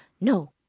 no